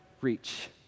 reach